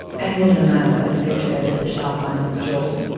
angled in a manner that accentuated the sharp line of his jaw.